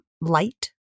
light